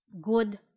good